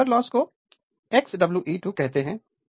तो copper loss को x X2 Wc WC कहते हैं